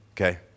okay